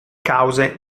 cause